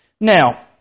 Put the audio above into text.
Now